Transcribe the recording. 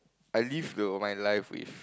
I live the all my life with